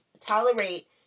tolerate